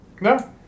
No